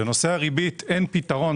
לנושא הריבית אין פתרון,